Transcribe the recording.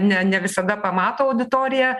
ne ne visada pamato auditorija